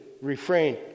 refrain